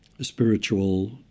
spiritual